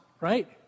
right